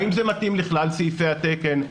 האם זה מתאים לכלל סעיפי התקן,